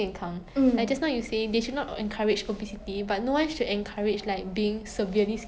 undernourished